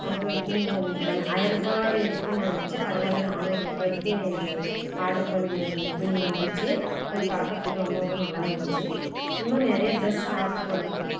அது வந் ஆயர ரூபா இருக்கும்ன்னு நான் நெனச்சேன் பரவாயில்லை நானூறுரூபாய்க்கே ஆர்டர் பண்ணுறது துணி வந்துச்சு அதை பார்க்குறதுக்கு ரொம்பவும் நல்லாயிருந்துச்சு இன்னும் நிறையா ட்ரெஸ்ஸு ஆர்டர் பண்ணுறேன்